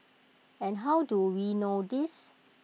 and how do we know this